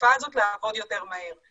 בתקופה הזאת לעבוד יותר מהר.